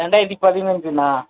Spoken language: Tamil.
ரெண்டாயிரத்தி பதினைஞ்சிண்ணா